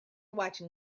watching